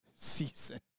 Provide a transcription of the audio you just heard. season